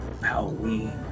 Halloween